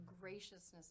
graciousness